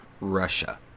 Russia